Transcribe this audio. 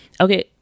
Okay